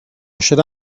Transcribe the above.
should